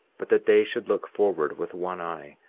but that they should look forward with one eye,